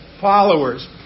followers